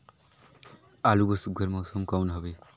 आलू बर सुघ्घर मौसम कौन हवे?